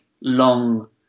long